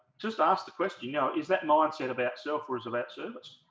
just ask the question you know is that mindset about self or is that service?